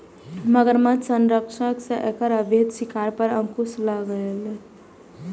मगरमच्छ संरक्षणक सं एकर अवैध शिकार पर अंकुश लागलैए